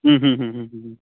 ಹ್ಞೂ ಹ್ಞೂ ಹ್ಞೂ ಹ್ಞೂ ಹ್ಞೂ ಹ್ಞೂ